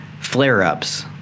flare-ups